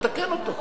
נתקן אותו.